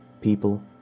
People